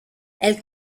elle